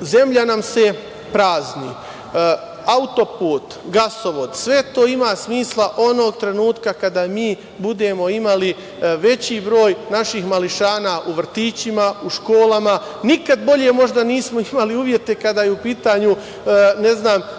zemlja nam se prazni. Autoput, gasovod sve to ima smisla onog trenutka kada mi budemo imali veći broj naših mališana u vrtićima, u školama. Nikada bolje, možda, nismo imali uslove kada je u pitanju